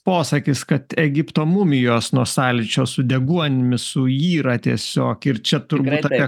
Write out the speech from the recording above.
posakis kad egipto mumijos nuo sąlyčio su deguonimi suyra tiesiog ir čia turbūt apie